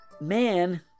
man